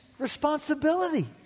responsibility